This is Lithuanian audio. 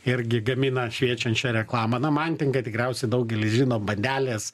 irgi gamina šviečiančią reklamą na mantingą tikriausiai daugelis žino bandelės